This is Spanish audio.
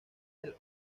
del